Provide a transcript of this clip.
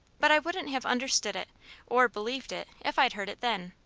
but i wouldn't have understood it or believed it if i'd heard it then.